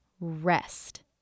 rest